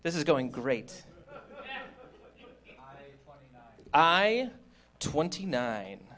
this is going great i twenty nine